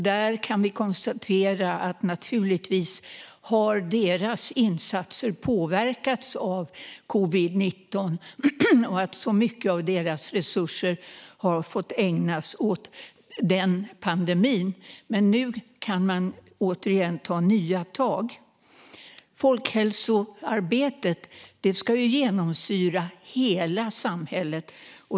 Vi kan konstatera att deras insatser naturligtvis har påverkats av covid-19 eftersom mycket av deras resurser har fått ägnas åt pandemin, men nu kan de ta nya tag. Folkhälsoarbetet ska genomsyra hela samhället.